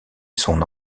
son